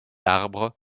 arbre